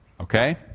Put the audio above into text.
Okay